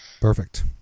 Perfect